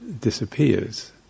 disappears